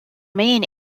main